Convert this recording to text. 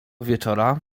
wieczora